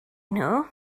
nhw